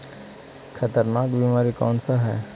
खतरनाक बीमारी कौन सा है?